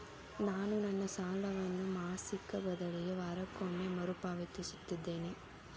ನಾನು ನನ್ನ ಸಾಲವನ್ನು ಮಾಸಿಕ ಬದಲಿಗೆ ವಾರಕ್ಕೊಮ್ಮೆ ಮರುಪಾವತಿಸುತ್ತಿದ್ದೇನೆ